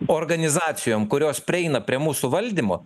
organizacijom kurios prieina prie mūsų valdymo